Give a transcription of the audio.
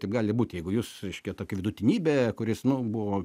taip gali būt jeigu jūs reiškia tokį vidutinybė kuris nu buvo